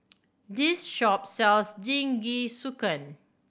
this shop sells Jingisukan